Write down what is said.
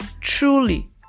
Truly